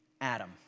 Adam